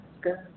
Good